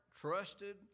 trusted